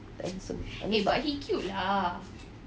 tak handsome tak hebat